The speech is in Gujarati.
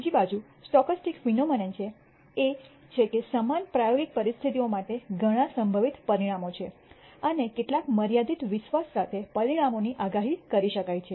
બીજી બાજુ સ્ટોક્સ્ટીક ફિનોમનન એ છે કે સમાન પ્રાયોગિક પરિસ્થિતિઓ માટે ઘણા સંભવિત પરિણામો છે અને કેટલાક મર્યાદિત વિશ્વાસ સાથે પરિણામોની આગાહી કરી શકાય છે